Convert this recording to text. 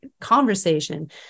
conversation